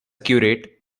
curate